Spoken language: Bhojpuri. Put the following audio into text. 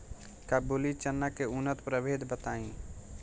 काबुली चना के उन्नत प्रभेद बताई?